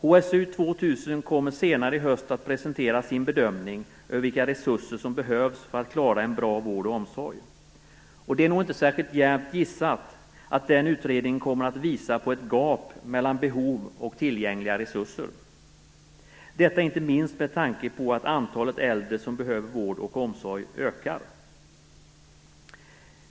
HSU 2000 kommer senare i höst att presentera sin bedömning av vilka resurser som behövs för att klara en bra vård och omsorg, och det är nog inte särskilt djärvt gissat att den utredningen kommer att visa på ett gap mellan behov och tillgängliga resurser - detta inte minst med tanke på att antalet äldre som behöver vård och omsorg ökar.